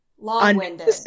Long-winded